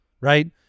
right